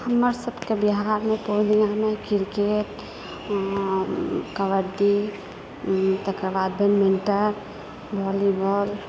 हमर सभके बिहारमे पूर्णियामे क्रिकेट कबड्डी तकर बाद बैडमिन्टन वॉलीबॉल